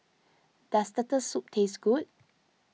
does Turtle Soup taste good